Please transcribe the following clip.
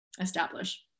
establish